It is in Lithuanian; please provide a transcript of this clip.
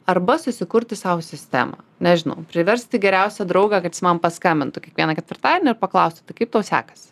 arba susikurti sau sistemą nežinau priversti geriausią draugą kad jis man paskambintų kiekvieną ketvirtadienį ir paklausti tai kaip tau sekasi